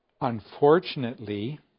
Unfortunately